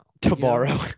Tomorrow